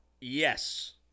Yes